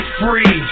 free